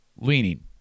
leaning